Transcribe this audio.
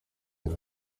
ngo